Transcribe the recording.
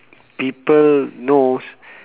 people knows